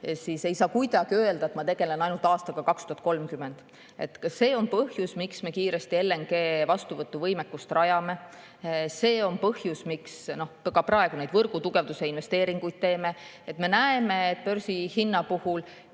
siis ei saa kuidagi öelda, nagu ma tegeleksin ainult aastaga 2030. See on põhjus, miks me kiiresti LNG vastuvõtu võimekust rajame. See on põhjus, miks me ka praegu neid võrgu tugevdamise investeeringuid teeme. Me näeme, et börsihinna puhul